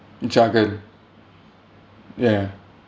jargon ya